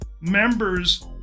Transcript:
members